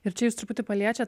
ir čia jūs truputį paliečiat